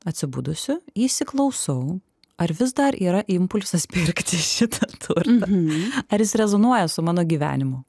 atsibudusiu įsiklausau ar vis dar yra impulsas pirkti šitą turtą ar jis rezonuoja su mano gyvenimu